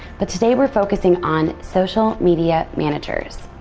but today, we're focusing on social media managers.